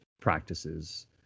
practices